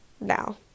now